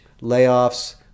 layoffs